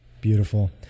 Beautiful